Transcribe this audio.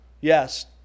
Yes